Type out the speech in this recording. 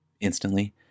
instantly